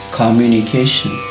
communication